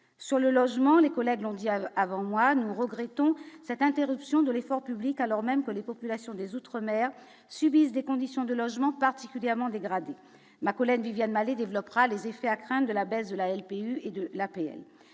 sur le logement, les collègues mondial avant moi nous regrettons cette interruption de l'effort public alors même que les populations des outre-mer subissent des conditions de logement particulièrement dégradée ma collègue Viviane développera les effets à craindre de la baisse de la LPO et de l'APL